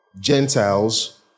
Gentiles